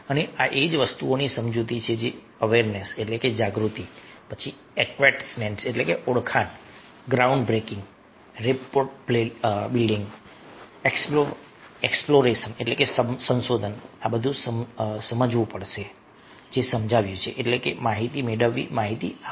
અને આ એ જ વસ્તુની વધુ સમજૂતી છે જે મેં અવેરનેસજાગૃતિ એક્ક્વેન્ટન્સઓળખાણ ગ્રાઉન્ડ બ્રેકિંગ રેપપોર્ટ બિલ્ડીંગ એક્સપ્લોરેશનસંશોધન સમજાવ્યું છે એટલે કે માહિતી મેળવવી માહિતી આપવી